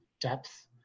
depth